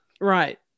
Right